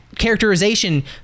characterization